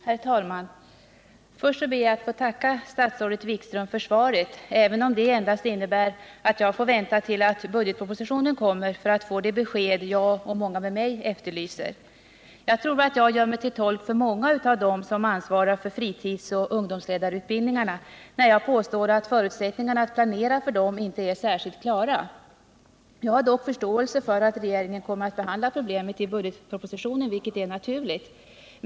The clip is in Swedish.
Herr talman! Först ber jag att få tacka statsrådet Wikström för svaret, även om detta endast innebär att jag får vänta tills budgetpropositionen kommer för att få det besked som jag och många med mig efterlyser. Jag tror att jag gör mig till tolk för många av dem som ansvarar för fritidsoch ungdomsledarutbildningarna när jag påstår att förutsättningarna att planera för dessa inte är särskilt klara. Jag har dock förståelse för att E /, ä ungdomsledarutregeringen kommer att behandla problemet i budgetpropositionen, vilket är bildningen till folknaturligt.